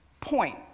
point